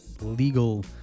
legal